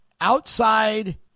outside